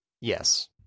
Yes